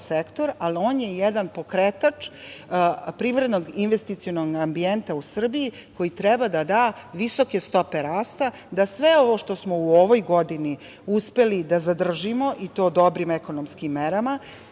ali on je jedan pokretač privrednog investicionog ambijenta u Srbiji koji treba da da visoke stope rasta, da sve ovo što smo u ovoj godini uspeli da zadržimo, i to dobrim ekonomskim merama,